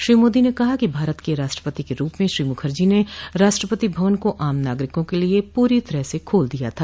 श्री मोदी ने कहा कि भारत के राष्ट्रपति के रूप में श्री मुखर्जी ने राष्ट्रपति भवन को आम नागरिकों के लिए पूरी तरह खोल दिया था